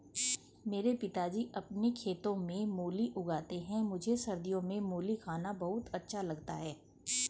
मेरे पिताजी अपने खेतों में मूली उगाते हैं मुझे सर्दियों में मूली खाना बहुत अच्छा लगता है